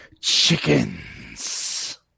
chickens